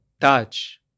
touch